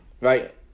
right